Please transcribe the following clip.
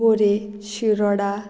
बोरीं शिरोडा